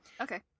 Okay